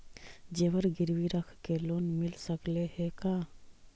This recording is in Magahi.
जेबर गिरबी रख के लोन मिल सकले हे का?